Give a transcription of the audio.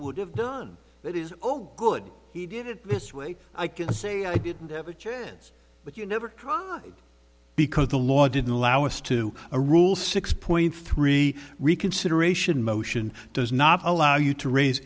would have done that is oh good he did it best way i can say i didn't have a chance but you never tried because the law didn't allow us to a rule six point three reconsideration motion does not allow you to raise